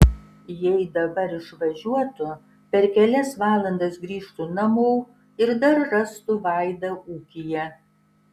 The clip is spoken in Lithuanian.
jei dabar išvažiuotų per kelias valandas grįžtų namo ir dar rastų vaidą ūkyje